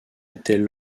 était